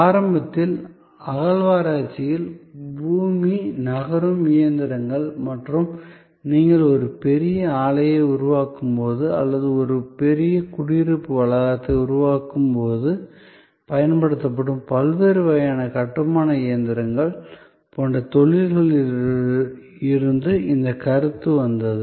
ஆரம்பத்தில் அகழ்வாராய்ச்சியில் பூமி நகரும் இயந்திரங்கள் மற்றும் நீங்கள் ஒரு பெரிய ஆலையை உருவாக்கும் போது அல்லது ஒரு பெரிய குடியிருப்பு வளாகத்தை உருவாக்கும் போது பயன்படுத்தப்படும் பல்வேறு வகையான கட்டுமான இயந்திரங்கள் போன்ற தொழில்களில் இருந்து இந்த கருத்து வந்தது